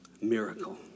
miracle